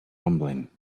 rumbling